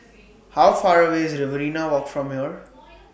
How Far away IS Riverina Walk from here